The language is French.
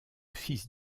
fils